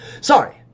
Sorry